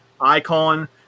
icon